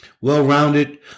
Well-rounded